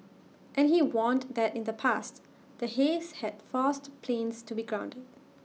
and he warned that in the past the haze had forced planes to be grounded